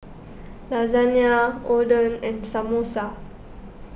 Lasagna Oden and Samosa